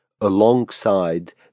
alongside